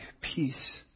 peace